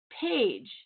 page